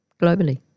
globally